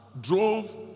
drove